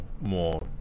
more